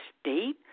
State